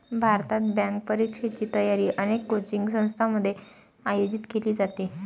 भारतात, बँक परीक्षेची तयारी अनेक कोचिंग संस्थांमध्ये आयोजित केली जाते